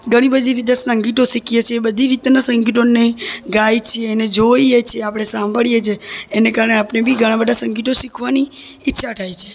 ઘણી બધી રીતે સંગીતો શીખીએ છે બધી રીતના સંગીતોને ગાય છીએ ને જોઈએ છે આપણે સાંભળીએ છે એને કારણે આપણે બી ઘણા બધા સંગીતો શીખવાની ઈચ્છા થાય છે